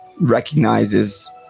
recognizes